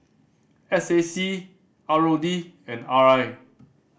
S A C R O D and R I